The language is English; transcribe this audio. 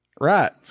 Right